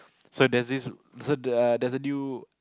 so there's this so the there's a new